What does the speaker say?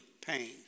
pain